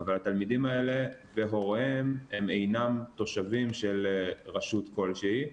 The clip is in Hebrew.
אבל התלמידים האלו והוריהם הם אינם תושבים של רשות כלשהי.